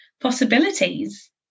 possibilities